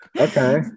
Okay